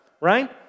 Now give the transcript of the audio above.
right